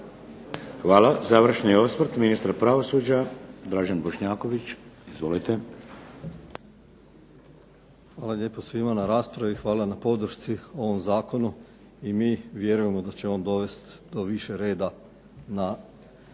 Hvala. Završni osvrt, ministar pravosuđa Dražen Bošnjaković. Izvolite. **Bošnjaković, Dražen (HDZ)** Hvala lijepo svima na raspravi. Hvala na podršci ovom zakonu. I mi vjerujemo da će on dovest do više reda na